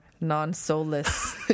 non-soulless